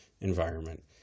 environment